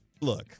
Look